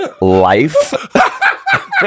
life